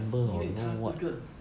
因为他是一个